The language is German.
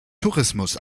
tourismus